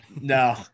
No